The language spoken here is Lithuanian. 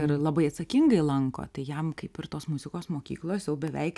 ir labai atsakingai lanko tai jam kaip ir tos muzikos mokyklos jau beveik